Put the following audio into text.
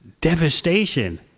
devastation